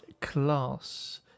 Class